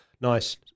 nice